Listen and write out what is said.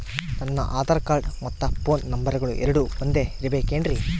ನನ್ನ ಆಧಾರ್ ಕಾರ್ಡ್ ಮತ್ತ ಪೋನ್ ನಂಬರಗಳು ಎರಡು ಒಂದೆ ಇರಬೇಕಿನ್ರಿ?